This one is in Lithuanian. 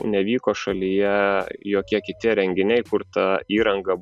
nevyko šalyje jokie kiti renginiai kur ta įranga